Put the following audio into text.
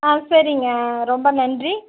சரிங்க ரொம்ப நன்றி